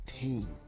team